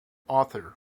author